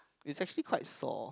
is actually quite sore